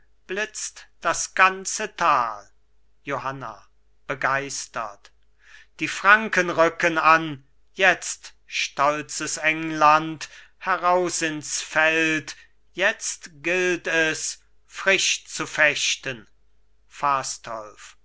blitzt das ganze tal johanna begeistert die franken rücken an jetzt stolzes england heraus ins feld jetzt gilt es frisch zu fechten fastolf